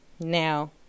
Now